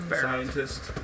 scientist